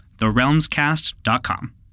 therealmscast.com